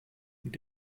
und